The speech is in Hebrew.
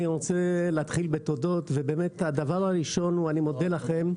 אני רוצה להתחיל בתודות ובאמת הדבר הראשון הוא שאני מודה לכם,